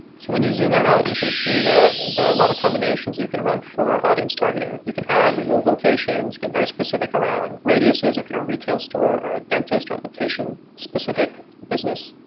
so when you zoom out, you can see that there are a lot of combinations you can run for audience targeting. you can add remove locations, get very specific around radiuses if you're a retail store or a dentist or location specific business.